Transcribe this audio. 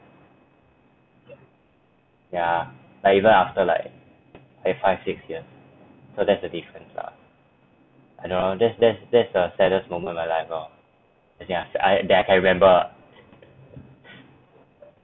ya like even after like five five six years so that's the difference lah I don't know that's that's that's the saddest moment of my life lor I think I that I can remember